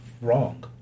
wrong